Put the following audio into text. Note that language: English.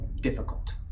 difficult